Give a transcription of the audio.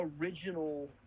original